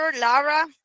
Lara